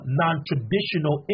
non-traditional